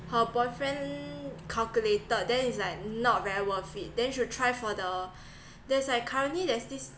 her boyfriend calculated then it's like not very worth it then should try for the there's like currently there's this